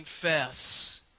confess